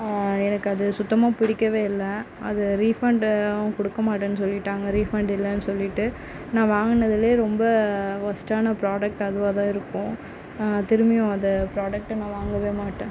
எனக்கு அது சுத்தமாக பிடிக்கவே இல்லை அது ரீஃபண்டாகவும் கொடுக்க மாட்டேன்னு சொல்லிவிட்டாங்க ரீஃபண்ட் இல்லைனு சொல்லிவிட்டு நான் வாங்கினதுலே ரொம்ப ஒர்ஸ்ட்டான புராடக்ட் அதுவாக தான் இருக்கும் திரும்பியும் அந்த புராடக்டை நான் வாங்க மாட்டேன்